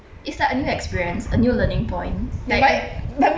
it's like a new experience a new learning point like you